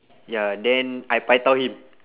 ya then I pai tao him